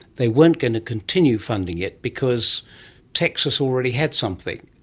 they weren't going to continue funding it because texas already had something.